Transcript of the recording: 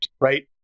right